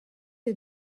you